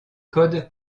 code